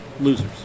losers